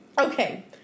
Okay